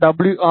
W